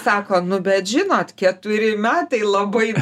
sako nu bet žinot keturi metai labai